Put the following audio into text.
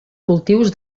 cultius